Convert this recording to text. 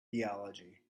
theology